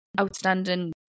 outstanding